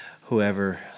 whoever